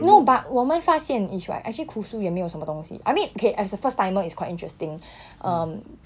no but 我们发现 is right actually kusu 也没有什么东西 I mean okay as a first timer is quite interesting um